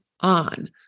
on